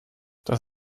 das